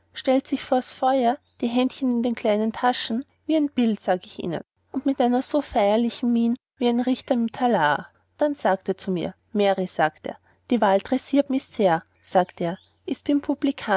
stellt sich vors feuer die händchen in den kleinen taschen wie ein bild sag ich ihnen und mit so einer feierlichen mien wie ein richter im talar und dann sagt er zu mir mary sagt er die wahl tressiert miß sehr sagt er iß